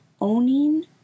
owning